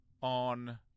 on